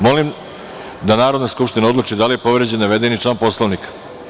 Molim da Narodna skupština odluči da li je povređen navedeni član Poslovnika.